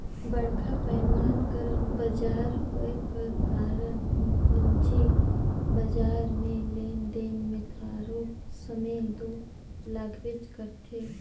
बड़खा पैमान कर बजार होए कर कारन पूंजी बजार में लेन देन में थारोक समे दो लागबेच करथे